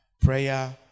prayer